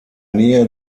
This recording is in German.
nähe